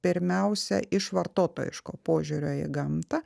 pirmiausia iš vartotojiško požiūrio į gamtą